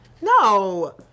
No